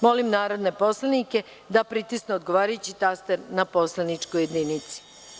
Molim narodne poslanike da pritisnu odgovarajući taster na poslaničkoj jedinici.